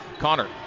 Connor